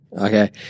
Okay